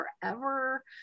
forever